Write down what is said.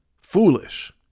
foolish